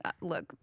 look